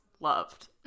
loved